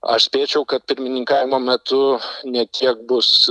aš spėčiau kad pirmininkavimo metu ne tiek bus